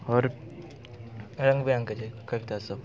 आओर रङ्गबिरङ्गके छै कवितासब